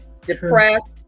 depressed